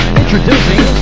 introducing